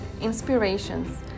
inspirations